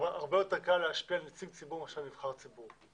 הרבה יותר קל להשפיע על נציג ציבור מאשר על נבחר ציבור.